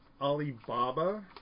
Alibaba